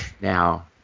Now